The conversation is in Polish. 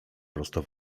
prosto